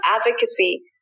advocacy